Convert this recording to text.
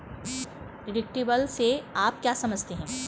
Deductible से आप क्या समझते हैं?